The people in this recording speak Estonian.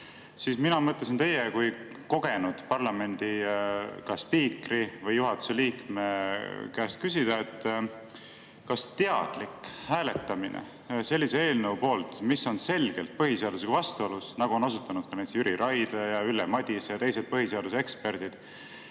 Mina mõtlesin teie kui kogenud parlamendi spiikri või juhatuse liikme käest küsida: kas teadlik hääletamine sellise eelnõu poolt, mis on selgelt põhiseadusega vastuolus, nagu on osutanud ka Jüri Raidla, Ülle Madise ja teised põhiseaduse eksperdid,